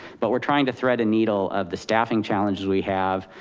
but we're trying to thread a needle of the staffing challenges we have,